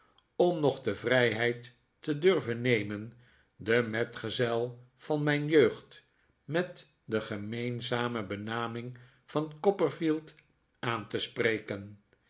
om nog de vrijheid te durven nemen den metgezel van mijn jeugd met de gemeenzame benaming van copperfield aan te spreken